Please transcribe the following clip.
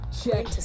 Check